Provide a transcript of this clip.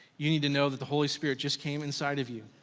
you need to know that the holy spirit just came inside of you,